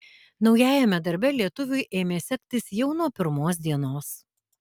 naujajame darbe lietuviui ėmė sektis jau nuo pirmos dienos